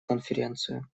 конференцию